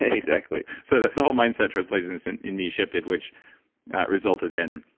ah exactly. so the whole mindset towards laziness in in me shifted which resulted in,